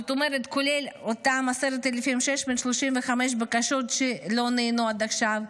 זאת אומרת כולל אותן 10,635 בקשות שלא נענו עד עכשיו,